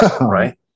right